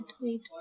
Wait